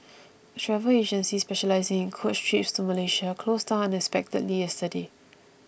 a travel agency specialising in coach trips to Malaysia closed down unexpectedly yesterday